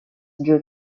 due